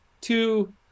two